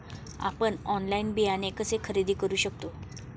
आपण ऑनलाइन बियाणे कसे खरेदी करू शकतो?